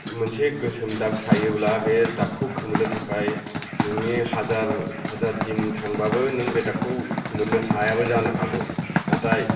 मोनसे गोसोम दाग थायोब्ला बे दागखौ खोमोरनो थाखाय नोंनि हाजार हाजार दिन थांबाबो नों बे दागखौ खोमोरनो हायाबो जानो हागौ नाथाय